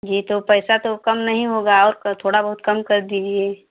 जी तो पैसा तो कम नहीं होगा और क थोड़ा बहुत कम कर दीजिए